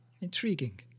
intriguing